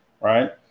right